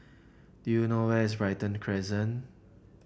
do you know where is Brighton Crescent